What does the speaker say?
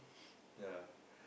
yeah